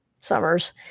summers